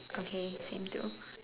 okay same too